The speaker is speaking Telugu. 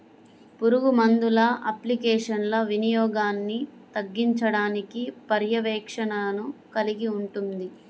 పురుగుమందుల అప్లికేషన్ల వినియోగాన్ని తగ్గించడానికి పర్యవేక్షణను కలిగి ఉంటుంది